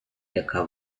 яка